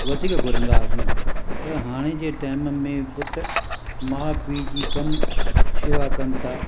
वधीक घुरंदा हुआसीं पर हाणे जे टाइम में पुट माउ पीउ जी कमु शेवा कनि था